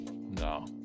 No